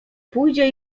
pójdzie